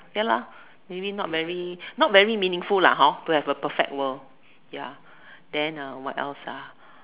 ya lah maybe not very not very meaningful lah hor to have a perfect world ya then uh what else ah